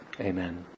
Amen